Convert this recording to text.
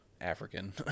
African